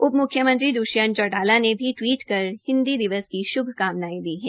उप म्ख्यमंत्री द्व्यंत चौटाला ने भी टवीट कर हिन्दी दिवस की शुभकामायें दी है